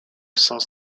sens